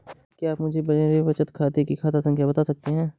क्या आप मुझे मेरे बचत खाते की खाता संख्या बता सकते हैं?